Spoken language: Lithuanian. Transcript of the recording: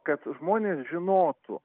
kad žmonės žinotų